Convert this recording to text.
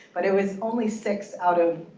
but it was only six out of,